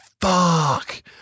fuck